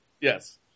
Yes